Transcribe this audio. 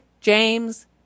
James